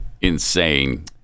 insane